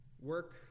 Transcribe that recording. Work